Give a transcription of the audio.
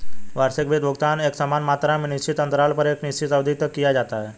वार्षिक वित्त भुगतान एकसमान मात्रा में निश्चित अन्तराल पर एक निश्चित अवधि तक किया जाता है